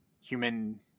human